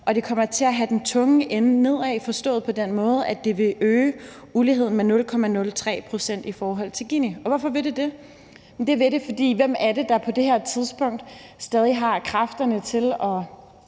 og det kommer til at have den tunge ende nedad forstået på den måde, at det vil øge uligheden med 0,03 pct. i forhold til Ginikoefficienten. Og hvorfor vil det det? Det vil det, for hvem er det, der på det her tidspunkt stadig har kræfterne til at